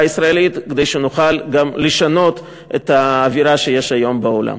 הישראלית כדי שנוכל גם לשנות את האווירה שיש היום בעולם.